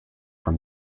from